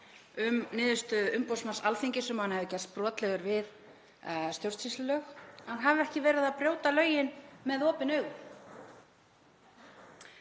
um niðurstöðu umboðsmanns Alþingis um að hann hafi gerst brotlegur við stjórnsýslulög að hann hafi ekki verið að brjóta lögin með opin augun.